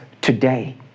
today